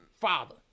Father